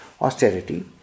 Austerity